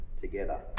together